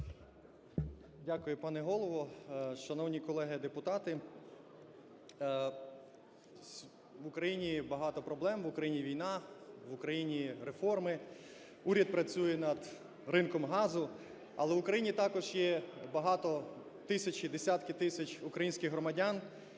Дякую, пане Голово. Шановні колеги депутати! В Україні багато проблем: в Україні війна, в Україні реформи, уряд працює над ринком газу, - але в Україні також є багато тисяч, десятки тисяч українських громадян,